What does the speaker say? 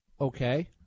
Okay